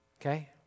Okay